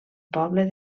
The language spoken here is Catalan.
poble